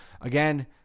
Again